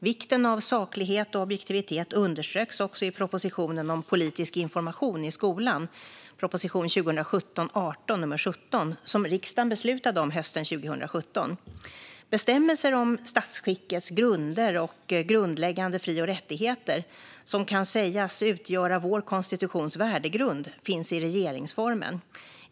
Vikten av saklighet och objektivitet underströks också i propositionen Politisk information i skolan , som riksdagen beslutade om hösten 2018. Bestämmelser om statsskickets grunder och grundläggande fri och rättigheter, som kan sägas utgöra vår konstitutions värdegrund, finns i regeringsformen.